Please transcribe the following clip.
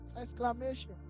Exclamation